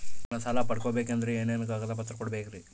ನಾನು ಸಾಲ ಪಡಕೋಬೇಕಂದರೆ ಏನೇನು ಕಾಗದ ಪತ್ರ ಕೋಡಬೇಕ್ರಿ?